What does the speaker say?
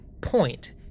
point